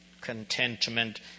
contentment